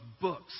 books